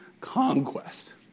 conquest